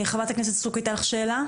חברת הכנסת סטרוק הייתה לך שאלה?